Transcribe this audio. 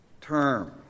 term